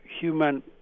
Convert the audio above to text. human